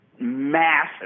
massive